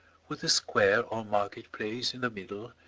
with a square or market-place in the middle,